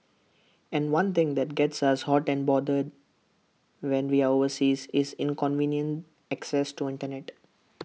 and one thing that gets us hot and bothered when we're overseas is inconvenient access to Internet